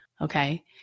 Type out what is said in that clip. Okay